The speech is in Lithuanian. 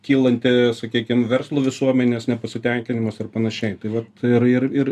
kylanti sakykim verslo visuomenės nepasitenkinimas ir panašiai tai vat ir ir ir